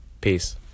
peace